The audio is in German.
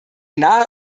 nahe